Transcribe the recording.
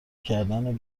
کردن